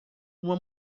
uma